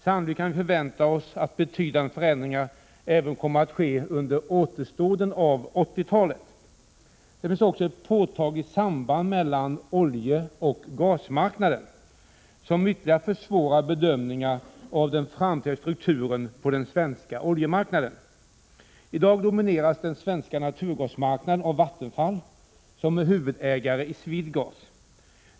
Sannolikt kan vi förvänta oss betydande förändringar även under den återstående delen av 1980-talet. Det finns också ett påtagligt samband mellan oljeoch gasmarknaden, som ytterligare försvårar bedömningarna av den framtida strukturen på den svenska oljemarknaden. I dag domineras den svenska naturgasmarknaden av Vattenfall, som är huvudägare i Sweedgas.